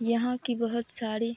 یہاں کی بہت ساری